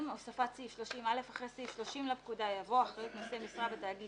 הוספת סעיף 30א 2. אחרי סעיף 30 לפקודה יבוא: "אחריות נושא משרה בתאגיד